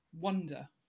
wonder